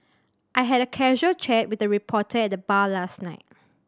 I had a casual chat with a reporter at the bar last night